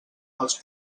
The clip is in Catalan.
els